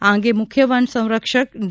આ અંગે મુખ્ય વન સંરક્ષક ડી